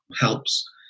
helps